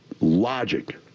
logic